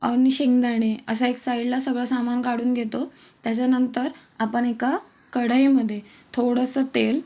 आणि शेंगदाणे असा एक साईडला सगळं सामान काढून घेतो त्याच्यानंतर आपण एका कढईमध्ये थोडंसं तेल